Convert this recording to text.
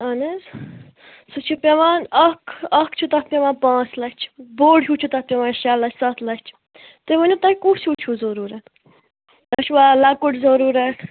اہَن حظ سُہ چھُ پیٚوان اکھ اکھ چھُ تتھ پیٚوان پانٛژھ لَچھ بوٚڈ ہیٛوٗ چھِ تتھ پیٚوان شےٚ لَچھ سَتھ لَچھ تُہۍ ؤنِو تۄہہِ کُس ہیٛوٗ چھُو ضروٗرَت تۄہہِ چھُوا لۅکُٹ ضروٗرَت